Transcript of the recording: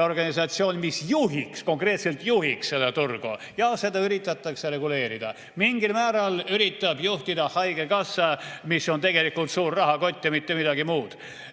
organisatsiooni, mis konkreetselt juhiks seda turgu. Seda üritatakse reguleerida. Mingil määral üritab seda juhtida haigekassa, mis on tegelikult suur rahakott ja mitte midagi muud.